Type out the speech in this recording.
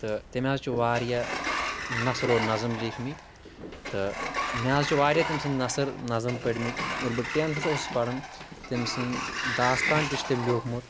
تہٕ تٔمۍ حظ چھُ واریاہ نثر و نظم لیکھمٕتۍ تہٕ مےٚ حظ چھِ واریاہ تٔمۍ سٕنٛدۍ نثر نظم پٔرۍمٕتۍ ییٚلہِ بہٕ ٹینٛتھَس اوسُس پران تٔمۍ سٕنٛدۍ داستان تہِ چھُ تٔمۍ لیوکھمُت